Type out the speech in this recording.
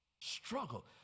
Struggle